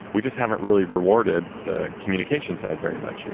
we just haven't really rewarded the communication side very much. and